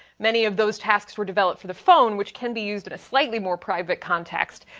many of those tasks were developed for the phone, which can be used in a slightly more private context.